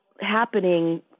happening